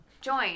join